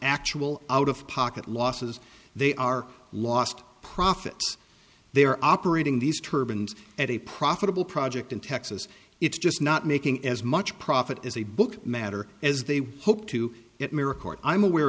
actual out of pocket losses they are lost profits they are operating these turbaned at a profitable project in texas it's just not making as much profit as a book matter as they hope to get my record i'm aware